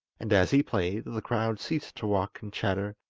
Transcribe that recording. and as he played, the crowd ceased to walk and chatter,